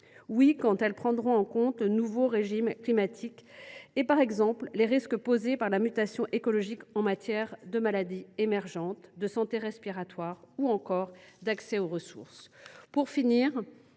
Oui, quand elles prendront en compte le nouveau régime climatique et, par exemple, les risques posés par la mutation écologique en matière de maladies émergentes, de santé respiratoire ou encore d’accès aux ressources